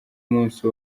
umunsi